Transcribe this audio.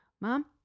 mom